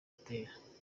gutera